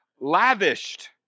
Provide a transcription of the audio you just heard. Lavished